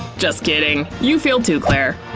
just kidding, you fail too claire.